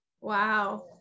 Wow